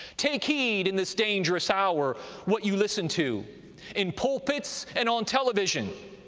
take heed in this dangerous hour what you listen to in pulpits and on television.